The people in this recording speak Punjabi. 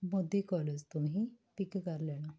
ਮੋਦੀ ਕੋਲਜ ਤੋਂ ਹੀ ਪਿੱਕ ਕਰ ਲੈਣਾ